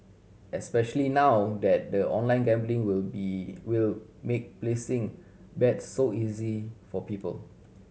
especially now that the online gambling will be will make placing bets so easy for people